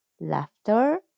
laughter